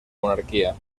monarquía